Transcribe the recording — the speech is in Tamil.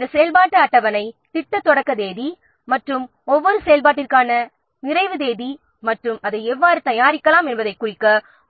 இந்த செயல்பாட்டு அட்டவணை திட்டத்தின் தொடக்க தேதி மற்றும் ஒவ்வொரு செயல்பாட்டிற்கான நிறைவு தேதி மற்றும் அதை எவ்வாறு தயாரிக்கலாம் என்பதைக் குறிக்க